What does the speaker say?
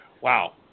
Wow